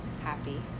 happy